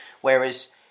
whereas